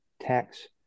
tax